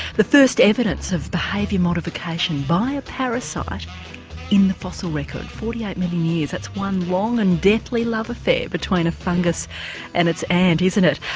the first evidence of behaviour modification by a parasite in the fossil record, forty eight million years, that's one long and deathly love affair between a fungus and its ant isn't it?